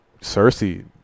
cersei